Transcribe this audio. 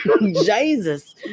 Jesus